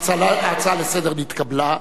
ההצעה לסדר-היום נתקבלה,